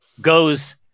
goes